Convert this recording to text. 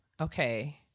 okay